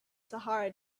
sahara